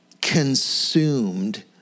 consumed